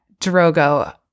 Drogo